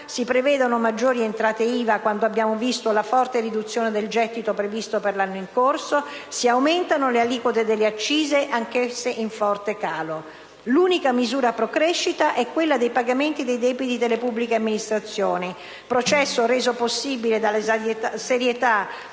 si prevedono maggiori entrate IVA quando abbiamo visto la forte riduzione del gettito previsto per l'anno in corso, si aumentano le aliquote delle accise, il cui gettito è anch'esso in forte calo. L'unica misura *pro* crescita è quella dei pagamenti dei debiti delle pubbliche amministrazioni, processo reso possibile dalla serietà